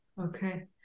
Okay